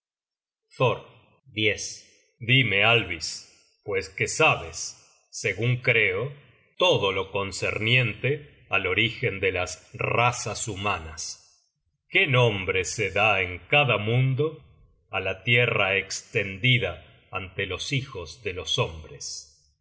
dime alvis pues que sabes segun creo todo lo concerniente al origen de las razas humanas qué nombre se da en cada mundo á la tierra estendida ante los hijos de los hombres